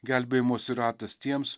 gelbėjimosi ratas tiems